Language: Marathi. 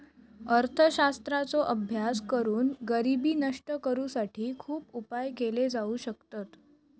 अर्थशास्त्राचो अभ्यास करून गरिबी नष्ट करुसाठी खुप उपाय केले जाउ शकतत